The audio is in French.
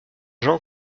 jean